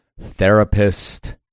therapist